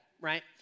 right